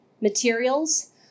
materials